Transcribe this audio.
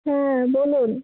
হ্যাঁ বলুন